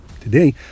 Today